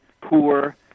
poor